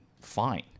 fine